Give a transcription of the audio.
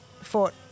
fought